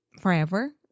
forever